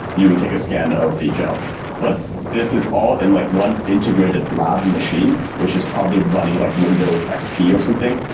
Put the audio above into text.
you would take a scan of the gel but this is all in like one integrated lab machine, which is probably running like windows like xp or something.